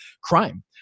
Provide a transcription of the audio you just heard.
crime